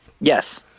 Yes